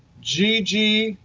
gigi,